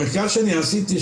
במחקר שאני עשיתי,